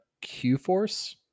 Q-Force